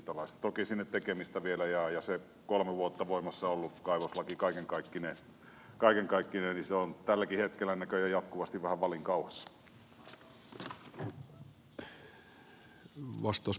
toki sinne tekemistä vielä jää ja se kolme vuotta voimassa ollut kaivoslaki kaiken kaikkineen on tälläkin hetkellä näköjään jatkuvasti vähän valinkauhassa